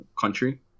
country